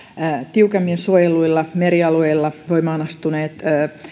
tiukemmin suojelluilla merialueilla voimaan astuneet